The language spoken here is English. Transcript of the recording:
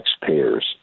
taxpayers